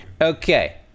Okay